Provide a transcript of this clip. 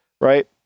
right